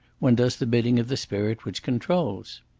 one does the bidding of the spirit which controls.